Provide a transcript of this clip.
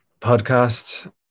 podcast